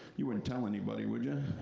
you wouldn't tell anybody, would you?